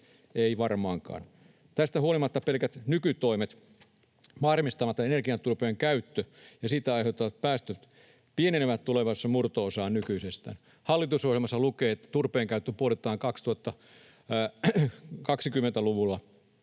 Ei varmaankaan. Tästä huolimatta pelkät nykytoimet varmistavat, että energiaturpeen käyttö ja siitä aiheutuvat päästöt pienenevät tulevaisuudessa murto-osaan nykyisestä. Hallitusohjelmassa lukee, että turpeen käyttö puolitetaan 2020-luvulla,